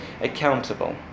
accountable